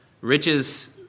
Riches